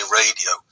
radio